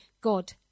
God